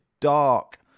dark